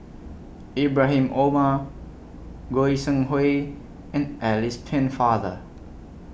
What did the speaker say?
Ibrahim Omar Goi Seng Hui and Alice Pennefather